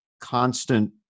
constant